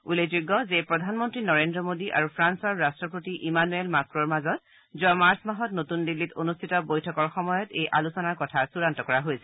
উল্লেখযোগ্য যে প্ৰধানমন্ত্ৰী নৰেন্দ্ৰ মোডী আৰু ফ্ৰান্সৰ ৰাট্টপতি ইমানুৱেল মাক্ৰৰ মাজত যোৱা মাৰ্চ মাহত নতুন দিল্লীত অনুষ্ঠিত বৈঠকৰ সময়ত এই আলোচনাৰ কথা চূড়ান্ত কৰা হৈছিল